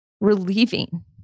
relieving